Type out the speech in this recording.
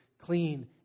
clean